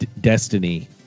Destiny